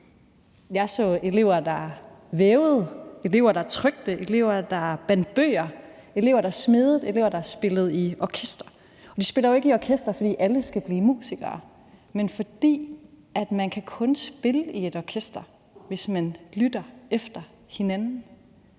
Jeg så elever, der vævede, elever, der lavede tryk, elever, der bandt bøger ind, elever, der smedede, og elever, der spillede i orkester. Og de spiller jo ikke i orkester, fordi alle skal blive musikere, men fordi man kun kan spille i et orkester, hvis man lytter til hinanden.